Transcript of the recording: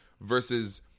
versus